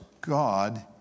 God